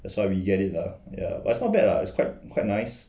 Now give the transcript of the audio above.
that's why we get it lah yeah but it's not bad lah it's quite quite nice